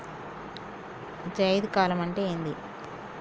జైద్ కాలం అంటే ఏంది?